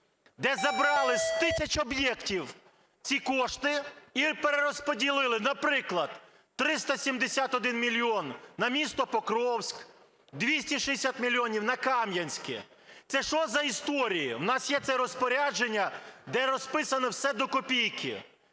де забрали з тисячі об'єктів ці кошти і перерозподілили. Наприклад, 371 мільйон - на місто Покровськ, 260 мільйонів - на Кам'янське. Це що за історії? У нас це є розпорядження, де розписано все до копійки.